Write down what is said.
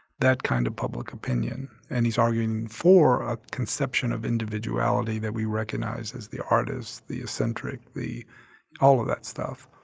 that kind of public opinion and he's arguing for a conception of individuality that we recognize as the artist, the eccentric all of that stuff